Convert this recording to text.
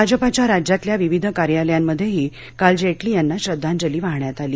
भाजपाच्या राज्यातल्या विविध कार्यालयांमध्येही काल जेटली यांना श्रद्धांजली वाहण्यात आली